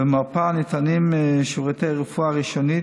במרפאה ניתנים שירותי רפואה ראשונית,